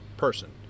person